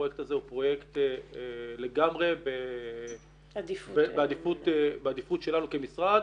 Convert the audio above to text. הפרויקט הזה הוא פרויקט לגמרי בעדיפות שלנו כמשרד